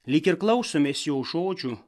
lyg ir klausomės jo žodžių